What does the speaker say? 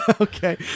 okay